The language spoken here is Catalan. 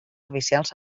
oficials